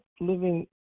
living